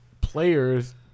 players